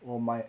我买